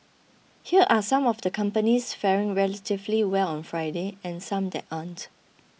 here are some of the companies faring relatively well on Friday and some that aren't